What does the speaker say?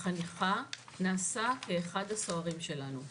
החניכה נעשה כאחד הסוהרים שלנו.